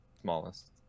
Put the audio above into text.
smallest